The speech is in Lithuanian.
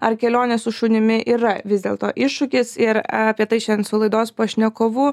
ar kelionė su šunimi yra vis dėlto iššūkis ir apie tai šiandien su laidos pašnekovu